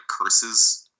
curses